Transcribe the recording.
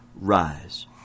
rise